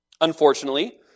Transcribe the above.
Unfortunately